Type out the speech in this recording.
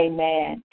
Amen